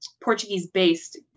Portuguese-based